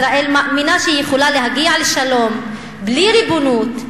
ישראל מאמינה שהיא יכולה להגיע לשלום בלי ריבונות,